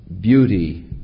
Beauty